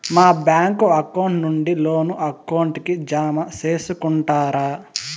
మా bank account నుండి loan account కి జామ సేసుకుంటారా?